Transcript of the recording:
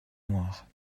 noirs